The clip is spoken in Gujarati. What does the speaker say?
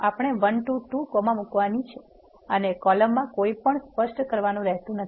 આપણે 1 to 2 comma મુકવાની છે અને કોલમમાં કાઈ પણ સ્પષ્ટ કરવાનું રહેતું નથી